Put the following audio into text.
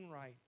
right